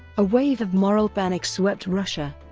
a wave of moral panic swept russia.